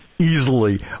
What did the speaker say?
Easily